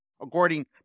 according